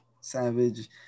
savage –